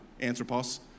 anthropos